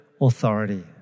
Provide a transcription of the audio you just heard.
authority